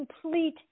complete